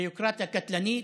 ביורוקרטיה קטלנית,